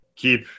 Keep